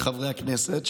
וחברי הכנסת,